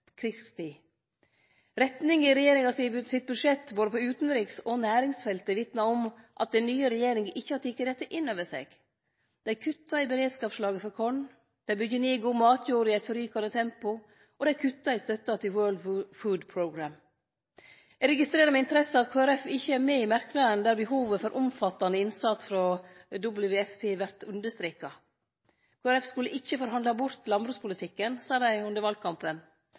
Retninga i regjeringa sitt budsjett, på både utanriks- og næringsfeltet, vitnar om at den nye regjeringa ikkje har teke dette inn over seg. Dei kuttar i beredskapslager for korn. Dei byggjer ned god matjord i eit forrykande tempo. Og dei kuttar i støtta til World Food Programme. Eg registrerer med interesse at Kristeleg Folkeparti ikkje er med i merknaden der behovet for omfattande innsats frå WFP vert understreka. Kristeleg Folkeparti skulle ikkje forhandle bort landbrukspolitikken, sa dei under valkampen.